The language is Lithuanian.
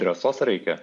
drąsos reikia